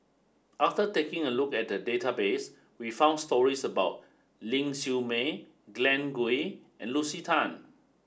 after taking a look at the database we found stories about Ling Siew May Glen Goei and Lucy Tan